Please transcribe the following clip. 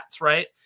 Right